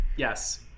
Yes